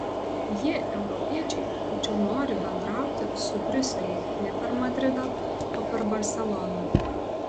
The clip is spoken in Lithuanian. jie europiečiai tačiau nori bendrauti su briuseliu ne per madridą o per barseloną